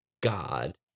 God